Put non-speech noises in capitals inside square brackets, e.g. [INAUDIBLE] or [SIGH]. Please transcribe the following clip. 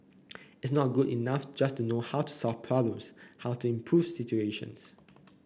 [NOISE] it's not good enough just to know how to solve [NOISE] problems how to [NOISE] improve situations